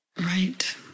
right